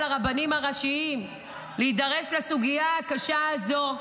לרבנים הראשיים להידרש לסוגיה הקשה הזו,